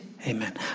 Amen